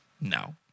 No